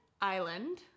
island